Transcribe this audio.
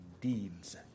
deeds